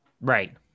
Right